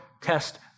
test